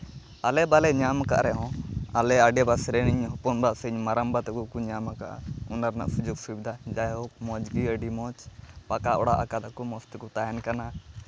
ᱟᱞᱮ ᱵᱟᱞᱮ ᱧᱟᱢ ᱠᱟᱜ ᱨᱮᱦᱚᱸ ᱟᱞᱮ ᱟᱰᱮ ᱯᱟᱥᱮ ᱨᱮ ᱤᱧ ᱦᱤᱯᱚᱱ ᱵᱟ ᱥᱮ ᱤᱧ ᱢᱟᱨᱟᱝᱵᱟ ᱛᱟᱠᱚ ᱠᱚ ᱧᱟᱢ ᱠᱟᱜᱼᱟ ᱚᱱᱟ ᱨᱮᱱᱟᱜ ᱥᱩᱡᱳᱜᱽ ᱥᱩᱵᱤᱫᱷᱟ ᱡᱟᱭᱭᱦᱳᱠ ᱢᱚᱡᱽ ᱜᱮ ᱟᱹᱰᱤ ᱢᱚᱡᱽ ᱯᱟᱠᱟ ᱚᱲᱟᱜ ᱠᱟᱫᱟ ᱠᱚ ᱢᱚᱡᱽ ᱛᱮᱠᱚ ᱛᱟᱦᱮᱱ ᱠᱟᱱᱟ